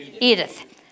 Edith